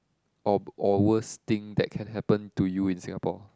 or or worst thing that can happen to you in Singapore